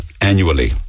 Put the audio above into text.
annually